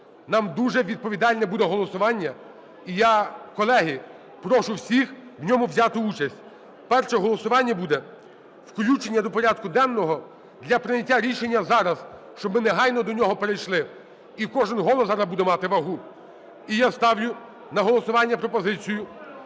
Нам дуже відповідальне буде голосування, і я, колеги, прошу всіх в ньому взяти участь. Перше голосування буде - включення до порядку денного для прийняття рішення зараз, щоб ми негайно до нього перейшли. І кожен голос зараз буде мати вагу. І я ставлю на голосування пропозицію